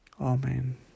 Amen